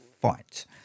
Fight